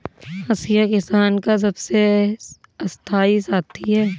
हंसिया किसान का सबसे स्थाई साथी है